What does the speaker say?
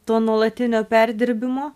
to nuolatinio perdirbimo